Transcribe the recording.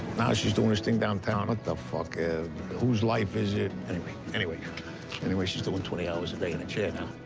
now she's doing this thing downtown what the fuck and whose life is it anyway? anyway anyway, she's doing twenty hours a day in a chair now.